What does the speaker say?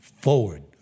forward